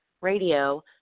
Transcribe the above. radio